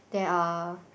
there are